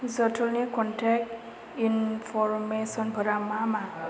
जटुलनि contact इनफरमेसनफोरा मा मा